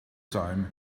time